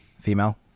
female